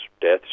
deaths